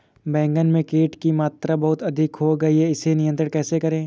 बैगन में कीट की मात्रा बहुत अधिक हो गई है इसे नियंत्रण कैसे करें?